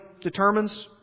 determines